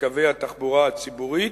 בקווי התחבורה הציבורית.